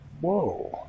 Whoa